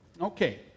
Okay